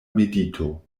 medito